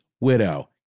widow